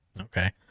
Okay